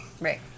Right